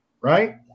right